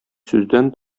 сүздән